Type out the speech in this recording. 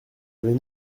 avez